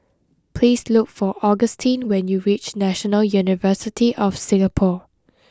please look for Augustin when you reach National University of Singapore